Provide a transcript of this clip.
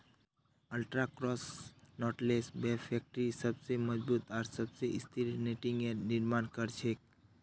ultra cross knotless web factory सबस मजबूत आर सबस स्थिर नेटिंगेर निर्माण कर छेक